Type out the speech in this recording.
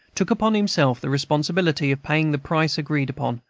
took upon himself the responsibility of paying the price agreed upon,